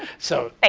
so and